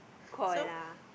call lah